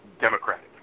Democratic